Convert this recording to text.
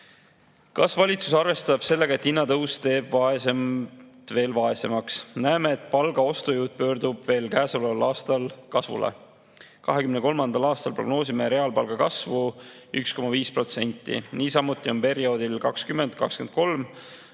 "Kas valitsus arvestab sellega[,] et hinnatõus teeb vaesemad veel vaesemaks?" Näeme, et palga ostujõud pöördub veel käesoleval aastal kasvule. 2023. aastal prognoosime reaalpalga kasvuks 1,5%. Niisamuti on perioodil 2020–2023